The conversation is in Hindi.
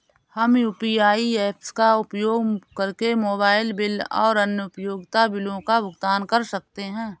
हम यू.पी.आई ऐप्स का उपयोग करके मोबाइल बिल और अन्य उपयोगिता बिलों का भुगतान कर सकते हैं